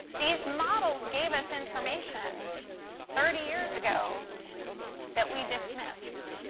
these models gave us information thirty years ago that we dismissed.